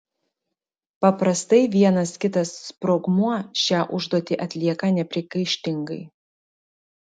paprastai vienas kitas sprogmuo šią užduotį atlieka nepriekaištingai